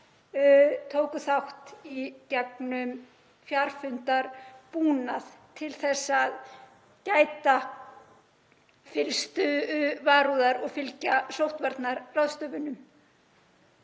tóku þátt í gegnum fjarfundarbúnað til að gæta fyllstu varúðar og fylgja sóttvarnaráðstöfunum.